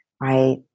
right